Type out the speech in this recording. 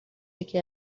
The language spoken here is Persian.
یکی